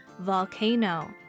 volcano